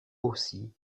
aussi